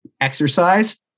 exercise